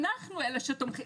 אנחנו אלה שתומכים,